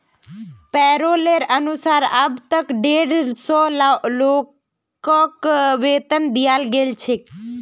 पैरोलेर अनुसार अब तक डेढ़ सौ लोगक वेतन दियाल गेल छेक